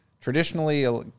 Traditionally